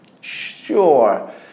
Sure